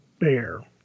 Bear